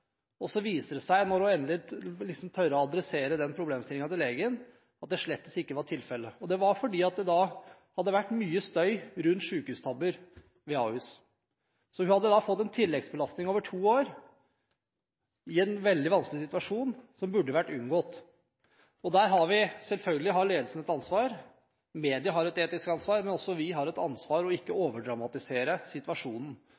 sykehustabbe. Så viste det seg når hun endelig torde å adressere denne problemstillingen til legen, at det slett ikke var tilfellet. – Og dette fordi det da hadde vært mye støy rundt sykehustabber ved Ahus. Så hun hadde da i en veldig vanskelig situasjon fått en tilleggsbelastning over to år som burde vært unngått. Der har selvfølgelig ledelsen et ansvar, media har et etisk ansvar, men også vi har et ansvar for ikke å